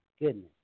goodness